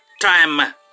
time